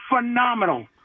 phenomenal